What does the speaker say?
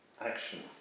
action